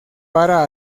para